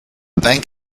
bank